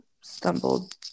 stumbled